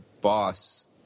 boss